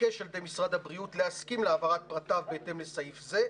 יתבקש על ידי משרד הבריאות להסכים ל העברת פרטיו בהתאם לסעיף זה,